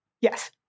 Yes